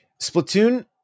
Splatoon